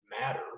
matter